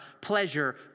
pleasure